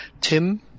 Tim